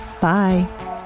Bye